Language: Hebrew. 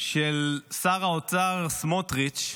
של שר האוצר סמוטריץ',